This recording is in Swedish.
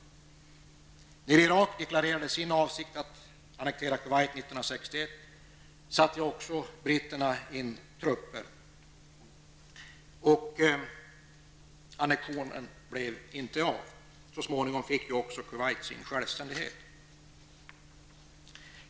När Irak 1961 deklarerade sin avsikt att annektera Kuwait satte britterna in trupper, och annektionen blev inte av. Så småningom fick också Kuwait självständighet.